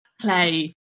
play